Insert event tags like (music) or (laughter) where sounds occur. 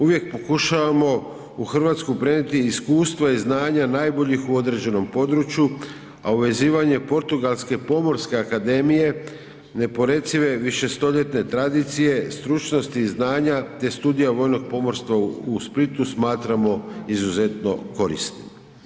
Uvijek pokušavamo u Hrvatsku prenijeti iskustva i znanja najboljih u određenom području a ... (unintelligible) Portugalske pomorske akademije ne porecive višestoljetne tradicije, stručnosti i znanja te studija vojnog pomorstva u Splitu smatramo izuzetno korisnim.